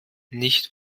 nicht